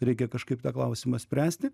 reikia kažkaip tą klausimą spręsti